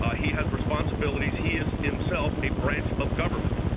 ah he has responsibilities. he is, himself, a branch of government.